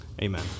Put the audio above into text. Amen